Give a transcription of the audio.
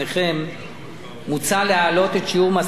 מוצע להעלות את שיעור מס ערך מוסף ל-17%,